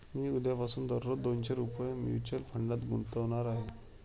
मी उद्यापासून दररोज दोनशे रुपये म्युच्युअल फंडात गुंतवणार आहे